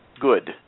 Good